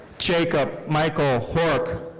jacob michael horch.